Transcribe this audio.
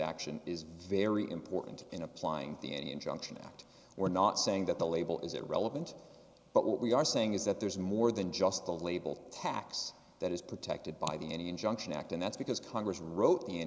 exaction is very important in applying the any injunction act we're not saying that the label is irrelevant but what we are saying is that there's more than just the label tax that is protected by the any injunction act and that's because congress wrote